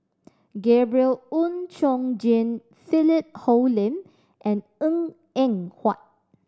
Gabriel Oon Chong Jin Philip Hoalim and Png Eng Huat